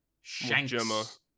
shanks